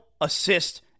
assist